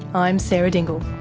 i'm sarah dingle